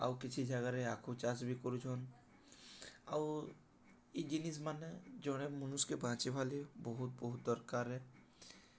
ଆଉ କିଛି ଜାଗାରେ ଆଖୁ ଚାଷ ବି କରୁଛନ୍ ଆଉ ଇ ଜିନିଷ୍ମାନେ ଜଣେ ମନୁଷ୍କେ ବାଞ୍ଚ ଫଲି ବହୁତ ବହୁତ ଦରକାର ହେ